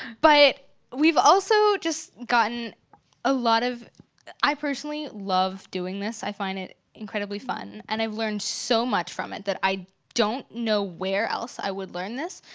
but we've also just gotten a lot of i personally love doing this. i find it incredibly fun and i've learned so much from it that i don't know where else i would learn this.